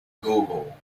gogol